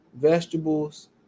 vegetables